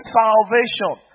salvation